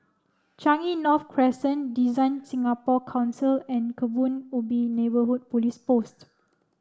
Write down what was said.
Changi North Crescent Design Singapore Council and Kebun Ubi Neighbourhood Police Post